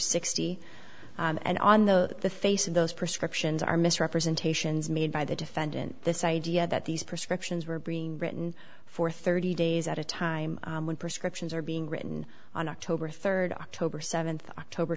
sixty and on the the face of those prescriptions are misrepresentations made by the defendant this idea that these prescriptions were being written for thirty days at a time when prescriptions are being written on october third october seventh october